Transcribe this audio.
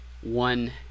one